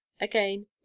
Again